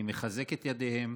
אני מחזק את ידיהם,